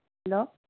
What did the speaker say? hello